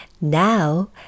Now